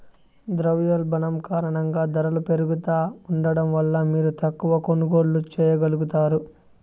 ద్రవ్యోల్బణం కారణంగా దరలు పెరుగుతా ఉండడం వల్ల మీరు తక్కవ కొనుగోల్లు చేయగలుగుతారు